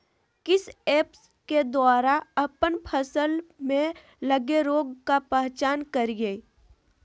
किस ऐप्स के द्वारा अप्पन फसल में लगे रोग का पहचान करिय?